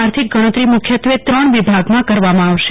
આર્થિક ગણતરી મુખ્યત્વે ત્રણ વિભાગમાં કરવામાં આવનાર છે